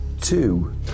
Two